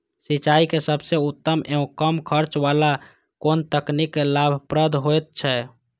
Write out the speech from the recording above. सिंचाई के सबसे उत्तम एवं कम खर्च वाला कोन तकनीक लाभप्रद होयत छै?